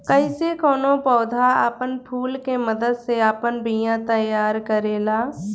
कइसे कौनो पौधा आपन फूल के मदद से आपन बिया तैयार करेला